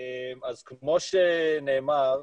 אז כמו שנאמר,